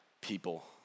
people